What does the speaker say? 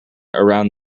around